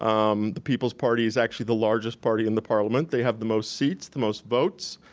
um the people's party is actually the largest party in the parliament. they have the most seats, the most votes,